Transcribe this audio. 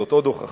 זאת עוד הוכחה,